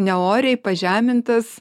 ne oriai pažemintas